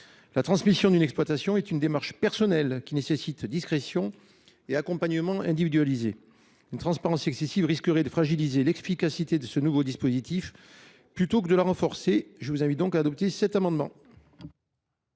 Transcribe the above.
La transmission d’une exploitation est une démarche personnelle qui nécessite discrétion et accompagnement individualisé. Une transparence excessive risquerait de fragiliser l’efficacité du nouveau dispositif. Je vous invite donc à adopter cet amendement.